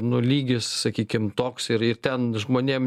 nu lygis sakykim toks ir ir ten žmonėm